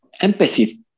empathy